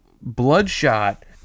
bloodshot